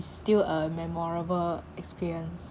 still a memorable experience